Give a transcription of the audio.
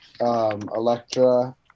electra